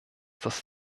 das